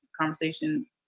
conversation